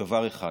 דבר אחד: